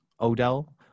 Odell